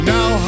Now